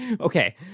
okay